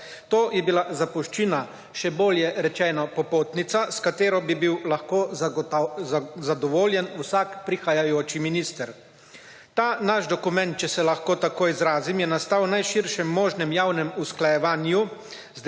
To je bila zapuščina še bolje rečeno popotnica, s katero bi bil lahko zadovoljen vsak prihajajoči minister. Ta naš dokument, če se lahko tako izrazim je nastal v najširšem možnem javnem usklajevanju